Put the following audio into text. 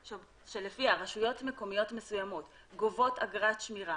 שלפיה רשויות מקומיות מסוימות גובות אגרת שמירה